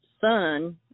son